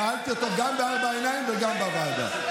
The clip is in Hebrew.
שאלתי אותו גם בארבע עיניים וגם בוועדה.